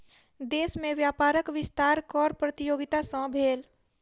देश में व्यापारक विस्तार कर प्रतियोगिता सॅ भेल